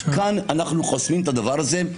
כאן אנחנו חוסמים את הדבר הזה.